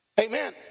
Amen